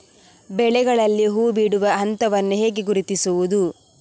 ಬೆಳೆಗಳಲ್ಲಿ ಹೂಬಿಡುವ ಹಂತವನ್ನು ಹೇಗೆ ಗುರುತಿಸುವುದು?